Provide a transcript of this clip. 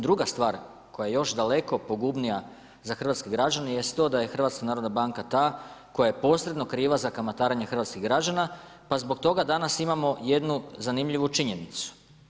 Druga stvar, koja je još daleko pogubnija za hrvatske građane jest to da je HNB ta koja je posredno kriva za kamatarenje hrvatskih građana pa zbog toga danas imamo jednu zanimljivu činjenicu.